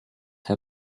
her